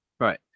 Right